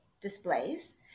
displays